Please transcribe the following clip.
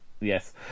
Yes